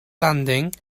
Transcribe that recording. landing